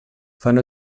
fan